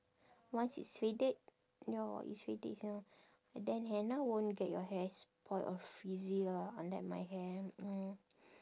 once it's faded ya it's faded ya and then henna won't get your hair spoilt of frizzy ah unlike my hair mm